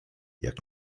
jak